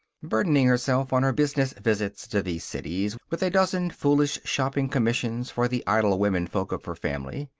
burdening herself, on her business visits to these cities, with a dozen foolish shopping commissions for the idle womenfolk of her family.